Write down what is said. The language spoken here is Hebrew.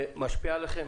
זה משפיע עליכם?